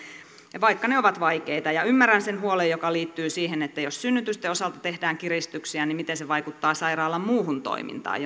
vaikka ne ovat vaikeita ja ymmärrän sen huolen joka liittyy siihen että jos synnytysten osalta tehdään kiristyksiä niin miten se vaikuttaa sairaalan muuhun toimintaan